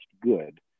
good